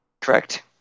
Correct